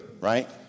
right